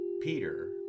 Peter